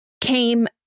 came